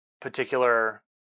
particular